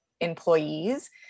employees